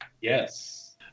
Yes